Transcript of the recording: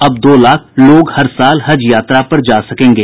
अब दो लाख लोग हर साल हज यात्रा पर जा सकेंगे